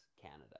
Canada